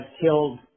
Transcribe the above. killed